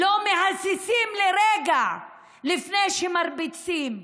לא מהססים לרגע לפני שמרביצים.